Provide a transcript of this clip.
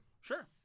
Sure